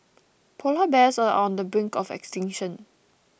Polar Bears are on the brink of extinction